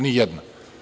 Ni jedna.